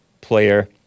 player